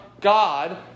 God